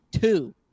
two